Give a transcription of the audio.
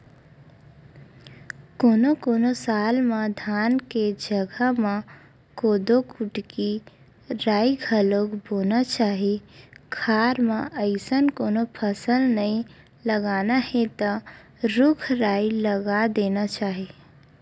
कोनो कोनो साल म धान के जघा म कोदो, कुटकी, राई घलोक बोना चाही खार म अइसन कोनो फसल नइ लगाना हे त रूख राई लगा देना चाही